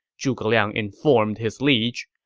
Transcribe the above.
zhuge liang informed his liege.